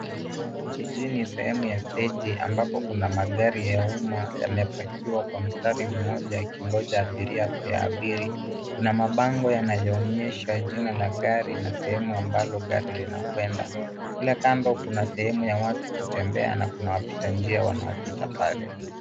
Jijini, sehemu ya steji ambapo, kuna magari ya umma yamepakiwa kwa mstari mmoja yakingoja abiria kuyaabiri. Kuna mabango yanayoonyesha jina la gari na sehemu ambalo gari linakwenda. Kila kando kuna sehemu ya watu kutembea na kuna wapita njia wanaopita pale.